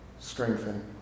strengthen